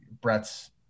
brett's